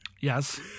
Yes